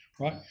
right